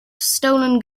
stolen